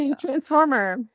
Transformer